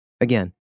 Again